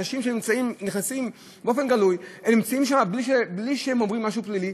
אנשים נכנסים באופן גלוי והם נמצאים שם בלי שהם עושים משהו פלילי,